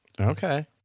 Okay